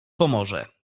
pomoże